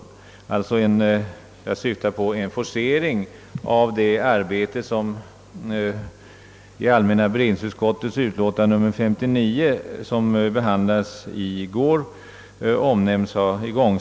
Jag syftar på en forcering av det arbete inom kommunikationsdepartementet som omnämndes i allmänna beredningsutskottets utlåtande nr 59, vilket behandlades av kammaren i går.